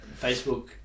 Facebook